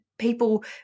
People